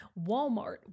Walmart